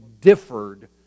differed